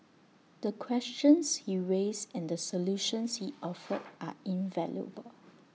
the questions he raised and the solutions he offered are invaluable